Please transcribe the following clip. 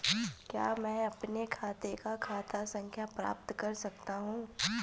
क्या मैं अपने खाते का खाता संख्या पता कर सकता हूँ?